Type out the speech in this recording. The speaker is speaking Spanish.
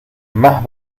más